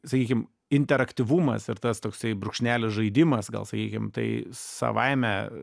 sakykim interaktyvumas ir tas toksai brūkšnelis žaidimas gal sakykim tai savaime